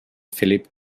philip